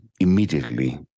immediately